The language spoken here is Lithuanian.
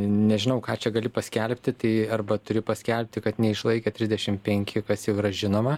nežinau ką čia gali paskelbti tai arba turi paskelbti kad neišlaikė trisdešim penki kas jau yra žinoma